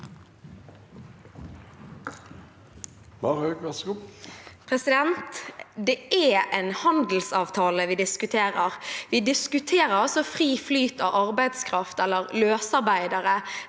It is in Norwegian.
Det er en handelsav- tale vi diskuterer. Vi diskuterer altså fri flyt av arbeidskraft eller løsarbeidere